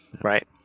Right